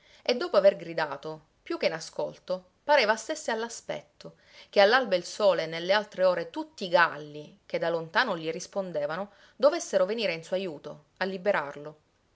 e dopo aver gridato più che in ascolto pareva stesse all'aspetto che all'alba il sole e nelle altre ore tutti i galli che da lontano gli rispondevano dovessero venire in suo ajuto a liberarlo